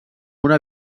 una